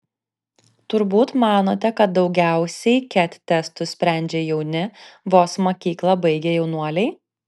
turbūt manote kad daugiausiai ket testus sprendžia jauni vos mokyklą baigę jaunuoliai